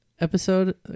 episode